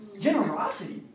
Generosity